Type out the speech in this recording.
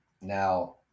Now